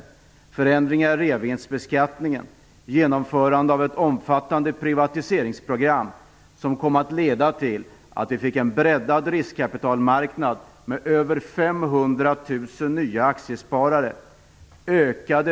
Det gällde förändringar av reavinstbeskattningen och genomförande av ett omfattande privatiseringsprogram som kom att leda till att vi fick en breddad riskkapitalmarknad med över 500 000 nya aktiesparare.